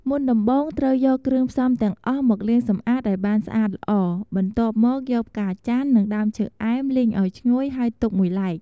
មុនដំបូងត្រូវយកគ្រឿងផ្សំទាំងអស់មកលាងសម្អាតឲ្យបានស្អាតល្អ បន្ទាប់មកយកផ្កាចាន់ និងដើមឈើអែម លីងឲ្យឈ្ងុយ ហើយទុកមួយឡែក។